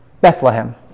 Bethlehem